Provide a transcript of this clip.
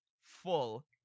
full